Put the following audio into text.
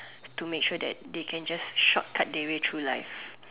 to make sure that they can just short cut their way through life